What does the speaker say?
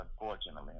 unfortunately